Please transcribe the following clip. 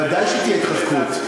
ודאי שתהיה התחזקות.